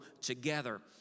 together